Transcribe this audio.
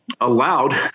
allowed